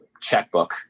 checkbook